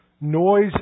noise